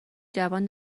جوان